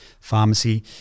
pharmacy